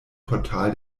portal